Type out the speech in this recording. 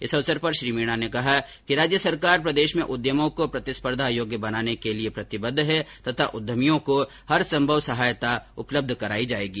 इस अवसर पर श्री मीणा ने कहा कि राज्य सरकार प्रदेश में उद्यमो को प्रतिस्पर्धा योग्य बनाने के लिये प्रतिबद्व है तथा उद्यमियों को हरसंभव सहायता उपलब्ध कराई जायेगी